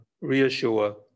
reassure